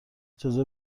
اجازه